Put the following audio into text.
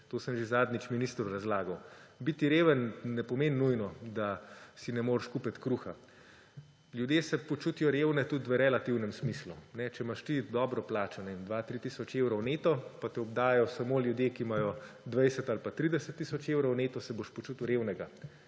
To sem že zadnjič ministru razlagal. Biti reven ne pomeni nujno, da si ne moreš kupiti kruha. Ljudje se počutijo revne tudi v relativnem smislu. Če imaš ti dobro plačo, na primer 2 do 3 tisoč evrov neto, pa te obdajajo samo ljudje, ki imajo 20 ali pa 30 tisoč evrov neto, se boš počutil revnega,